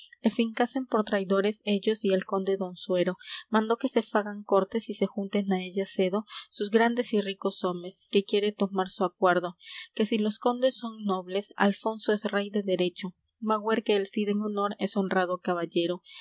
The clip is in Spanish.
é fincasen por traidores ellos y el conde don suero mandó que se fagan cortes y se junten á ellas cedo sus grandes y ricos homes que quiere tomar su acuerdo que si los condes son nobles alfonso es rey de derecho magüer que el cid en honor es honrado caballero